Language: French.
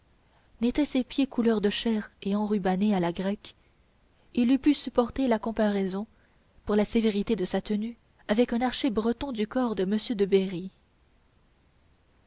n'était ses pieds couleur de chair et enrubannés à la grecque il eût pu supporter la comparaison pour la sévérité de sa tenue avec un archer breton du corps de monsieur de berry